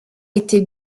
été